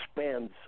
expense